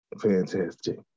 fantastic